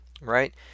right